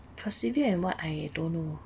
persevere in what I don't know